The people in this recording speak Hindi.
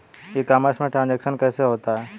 ई कॉमर्स में ट्रांजैक्शन कैसे होता है?